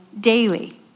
daily